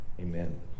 Amen